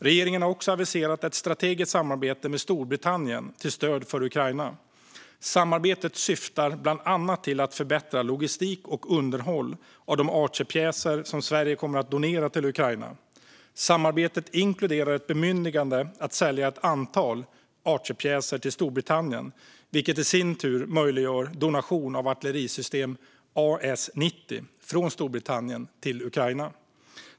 Regeringen har också aviserat ett strategiskt samarbete med Storbritannien till stöd för Ukraina. Samarbetet syftar bland annat till att förbättra logistik och underhåll av de Archerpjäser som Sverige kommer att donera till Ukraina. Samarbetet inkluderar ett bemyndigande att sälja ett antal Archerpjäser till Storbritannien, vilket i sin tur möjliggör donation av artillerisystem AS 90 från Storbritannien till Ukraina.